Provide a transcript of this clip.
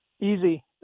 Easy